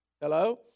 Hello